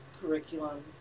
curriculum